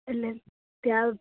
એટલે ત્યાં